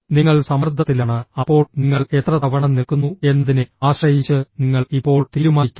നിങ്ങൾ സമ്മർദ്ദത്തിലാണ് അപ്പോൾ നിങ്ങൾ എത്ര തവണ നിൽക്കുന്നു എന്നതിനെ ആശ്രയിച്ച് നിങ്ങൾ ഇപ്പോൾ തീരുമാനിക്കണം